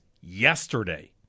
yesterday